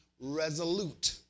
resolute